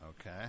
Okay